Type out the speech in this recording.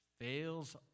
fails